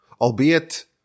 albeit